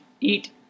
eat